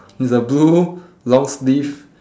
is a blue long sleeve